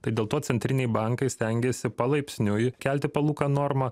tai dėl to centriniai bankai stengiasi palaipsniui kelti palūkanų normą